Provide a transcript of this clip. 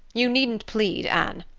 you needn't plead, anne.